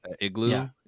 igloo